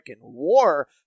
war